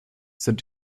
sind